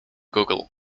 google